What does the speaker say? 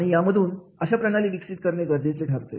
आणि यामधून अशा प्रणाली विकसित करणे गरजेचे ठरते